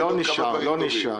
לא נשאר.